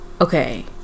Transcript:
okay